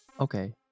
Okay